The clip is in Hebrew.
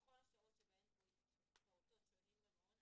בכל השעות שבהן פעוטות שוהים במעון,